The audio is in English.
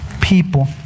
people